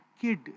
kid